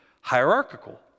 hierarchical